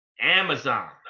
amazon